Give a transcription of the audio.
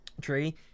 tree